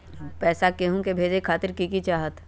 पैसा के हु के भेजे खातीर की की चाहत?